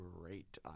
great